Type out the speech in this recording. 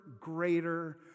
greater